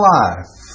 life